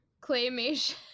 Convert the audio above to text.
claymation